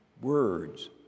words